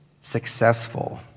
successful